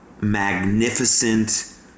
magnificent